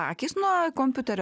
akys nuo kompiuterio